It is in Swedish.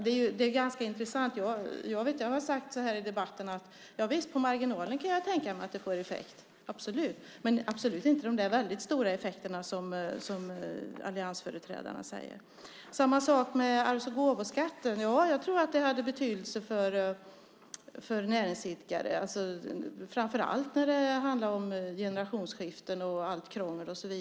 Det är ganska intressant. Jag har sagt så här i debatten: Javisst, på marginalen kan jag tänka mig att det får effekt, men absolut inte de väldigt stora effekter som alliansföreträdarna säger. Det är samma sak med arvs och gåvoskatten. Jag tror att det hade betydelse för näringsidkare, framför allt när det handlade om generationsskiften och allt krångel.